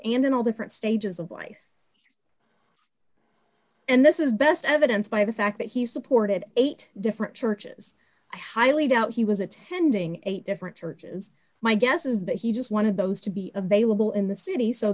and in all different stages of life and this is best evidence by the fact that he supported eight different churches i highly doubt he was attending eight different churches my guess is that he just one of those to be available in the city so